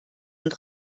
und